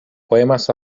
poemas